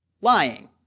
lying